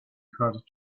hard